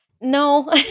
No